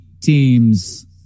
teams